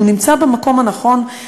שהוא נמצא במקום הנכון,